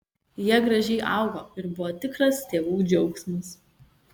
jie gražiai augo ir buvo tikras tėvų džiaugsmas